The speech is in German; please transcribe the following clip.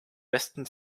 besten